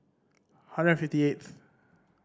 hundred fifty eighth